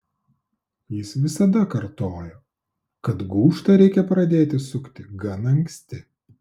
jis visada kartojo kad gūžtą reikia pradėti sukti gan anksti